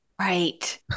right